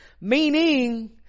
Meaning